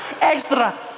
Extra